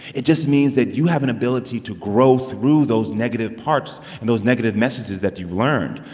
it just means that you have an ability to grow through those negative parts and those negative messages that you've learned.